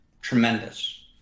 tremendous